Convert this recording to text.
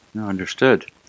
Understood